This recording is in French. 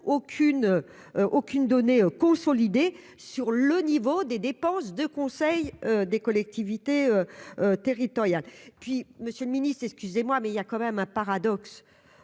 aucune donnée consolidées sur le niveau des dépenses de conseil des collectivités territoriales, puis Monsieur le Ministre, excusez-moi, mais il y a quand même un paradoxe